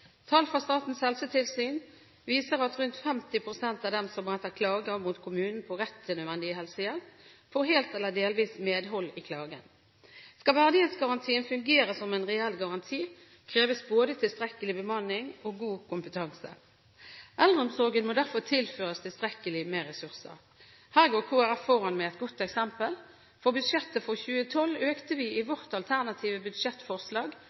Tall fra Statens helsetilsyn viser at rundt 50 pst. av dem som retter klager mot kommunen på rett til nødvendig helsehjelp, får helt eller delvis medhold i klagen. Skal verdighetsgarantien fungere som en reell garanti, kreves både tilstrekkelig bemanning og god kompetanse. Eldreomsorgen må derfor tilføres tilstrekkelig med ressurser. Her går Kristelig Folkeparti foran med et godt eksempel. For budsjettet for 2012 økte vi i vårt alternative budsjettforslag